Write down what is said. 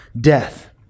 death